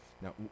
now